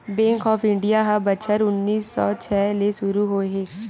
bank of India ह बछर उन्नीस सौ छै ले सुरू होए हे